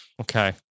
Okay